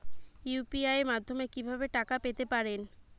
UPI মাধ্যমে কি ভাবে টাকা পেতে পারেন?